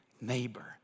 neighbor